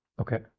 Okay